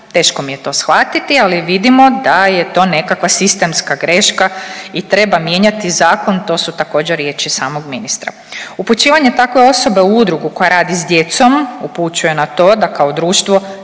teško mi je to shvatiti ali vidimo da je to nekakva sistemska greška i treba mijenjati zakon to su također riječi samog ministra. Upućivanje takve osobe u udrugu koja radi s djecom upućuje na to da kao društvo